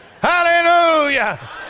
Hallelujah